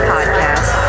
Podcast